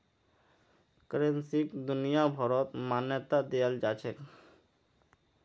करेंसीक दुनियाभरत मान्यता दियाल जाछेक